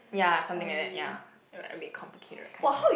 ya something like that ya like a bit complicated kind of thing